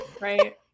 right